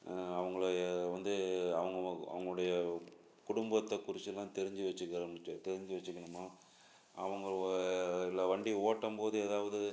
அவங்கள வந்து அவங்க அவங்களுடைய குடும்பத்தை குறித்து எல்லாம் தெரிஞ்சு வெச்சுக்கறம்ட்டு தெரிஞ்சு வெச்சுக்கணுமா அவங்க இல்லை வண்டி ஓட்டும்போது ஏதாவது